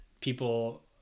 people